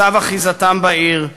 מצב אחיזתם בעיר,